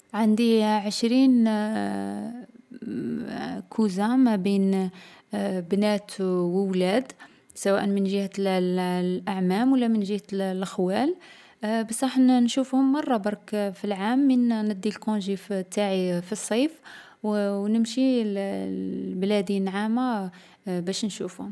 عندي عشرين كوزان ما بين بنات و أولاد، سواء من جهة الـ الأعمام و لا من جهة لخوال. بصح نـ نشوفهم مرة برك في العام من ندي الكونجي نتاعي في الصيف و نمشي لبلادي باش نشوفهم.